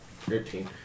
Thirteen